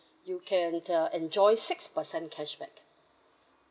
you can uh enjoy six percent cashback